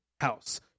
house